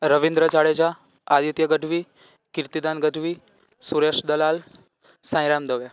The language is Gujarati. રવીન્દ્ર જાડેજા આદિત્ય ગઢવી કીર્તિદાન ગઢવી સુરેશ દલાલ સાંઈરામ દવે